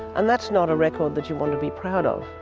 and that's not a record that you want to be proud of.